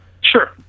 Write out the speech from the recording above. sure